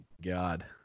God